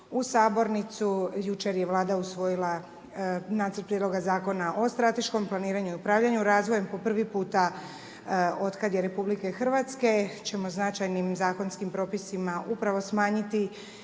u sabornicu, jučer je Vlada usvojila nacrt prijedloga Zakona o strateškom planiranju i upravljanju razvojem. Po prvi puta otkad je RH ćemo značajnim zakonskim propisima upravo smanjiti